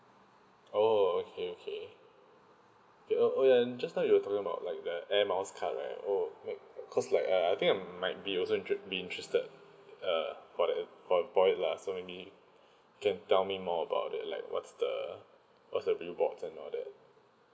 oh okay okay okay oh oh then just now you're about like the air miles card right like oh cause like uh I think I might be also inter~ be interested err for the for for it lah so maybe you can tell me more about it like what's the what's the rewards and all that